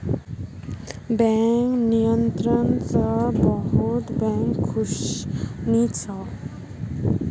bank नियंत्रण स बहुत बैंक खुश नी छ